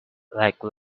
like